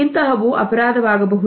ಇಂತಹವು ಅಪರಾಧ ವಾಗಬಹುದು